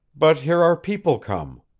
but here our people come.